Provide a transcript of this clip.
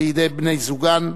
בידי בני-זוגן,